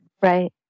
Right